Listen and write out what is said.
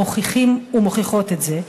מוכיחים ומוכיחות את זה,